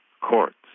courts